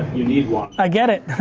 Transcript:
you need one. i get it.